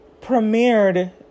premiered